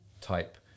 type